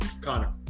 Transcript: Connor